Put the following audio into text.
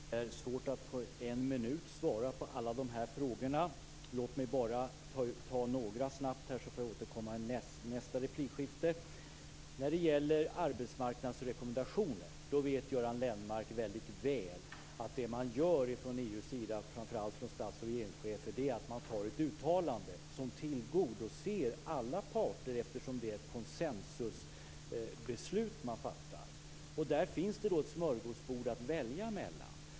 Fru talman! Det är svårt att på en minut svara på alla dessa frågor. Låt mig besvara några snabbt och sedan återkomma i nästnästa replikskifte. När det gäller arbetsmarknadsrekommendationer vet Göran Lennmarker mycket väl att det som man gör från EU:s sida, framför allt från stats och regeringschefer, är att anta ett uttalande som tillgodoser alla parter, eftersom det är ett konsensusbeslut som man fattar. Där finns det då ett smörgåsbord att välja från.